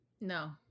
no